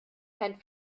kein